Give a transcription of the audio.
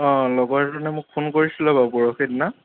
অঁ লগৰ এজনে মোক ফোন কৰিছিলে বাৰু পৰহি দিনা